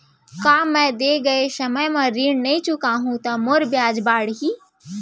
का मैं दे गए समय म ऋण नई चुकाहूँ त मोर ब्याज बाड़ही?